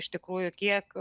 iš tikrųjų kiek